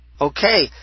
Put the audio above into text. okay